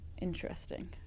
Interesting